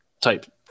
type